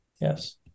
Yes